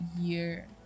year